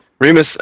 Remus